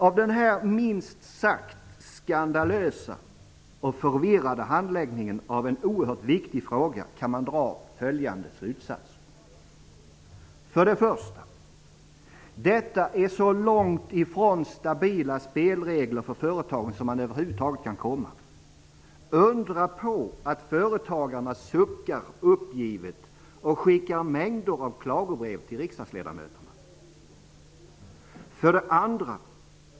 Av denna minst sagt skandalösa och förvirrade handläggning av en oerhört viktig fråga kan man dra följande slutsatser. 1. Detta är så långt ifrån stabila spelregler för företagen som man över huvud taget kan komma. Undra på att företagarna suckar uppgivet och skickar mängder av klagobrev till riksdagsledamöterna! 2.